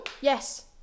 Yes